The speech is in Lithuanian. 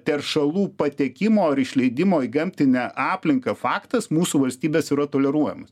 teršalų patekimo ir išleidimo į gamtinę aplinką faktas mūsų valstybės yra toleruojamas